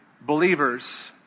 believers